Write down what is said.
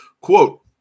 Quote